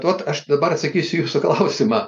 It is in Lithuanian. vat aš dabar atsakysiu į jūsų klausimą